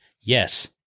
Yes